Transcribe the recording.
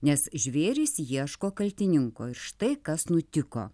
nes žvėrys ieško kaltininko ir štai kas nutiko